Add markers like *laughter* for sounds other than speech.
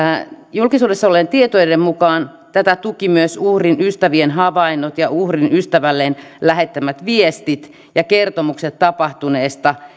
julkisuudessa olleiden tietojen mukaan tätä tuki myös uhrin ystävien havainnot ja uhrin ystävälleen lähettämät viestit ja kertomukset tapahtuneesta *unintelligible*